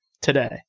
today